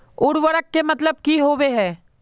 उर्वरक के मतलब की होबे है?